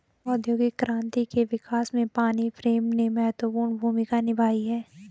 औद्योगिक क्रांति के विकास में पानी फ्रेम ने महत्वपूर्ण भूमिका निभाई है